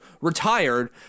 retired